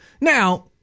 Now